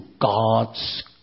God's